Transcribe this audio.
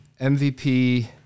MVP